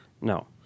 no